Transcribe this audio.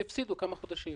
הם הפסידו כמה חודשים